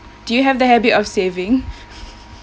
do you have that habit of saving